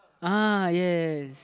uh yes